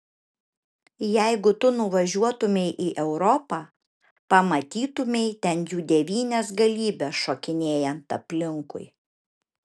jeigu tu nuvažiuotumei į europą pamatytumei ten jų devynias galybes šokinėjant aplinkui